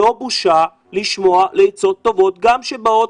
לא בושה לשמוע לעצות טובות גם כשהן באות